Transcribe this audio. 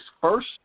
first